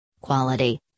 Quality